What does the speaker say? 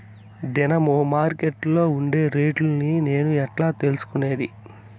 దినము మార్కెట్లో ఉండే రేట్లని నేను ఎట్లా తెలుసుకునేది?